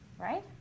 right